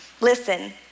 listen